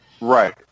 Right